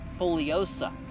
foliosa